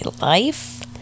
life